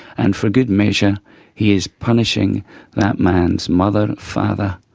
and for good measure he is punishing that man's mother, father,